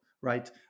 right